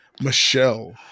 Michelle